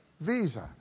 visa